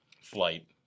flight